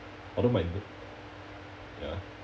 although my n~ ya